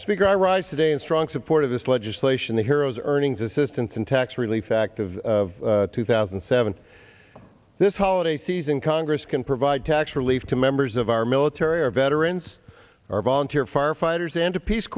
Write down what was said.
speaker i rise today in strong support of this legislation the heroes earnings assistance and tax relief act of two thousand and seven this holiday season congress can provide tax relief to members of our military or veterans or volunteer firefighters and peace